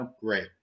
Great